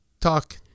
talk